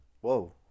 whoa